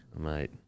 Mate